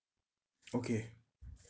okay